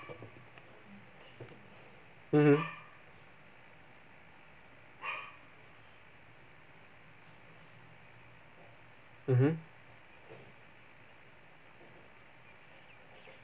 mmhmm mmhmm